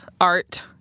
Art